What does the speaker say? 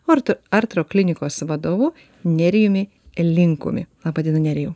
ort artro klinikos vadovu nerijumi linkumi laba diena nerijau